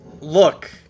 Look